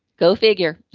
go figure